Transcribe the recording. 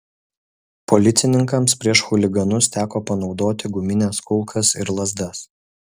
policininkams prieš chuliganus teko panaudoti gumines kulkas ir lazdas